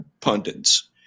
pundits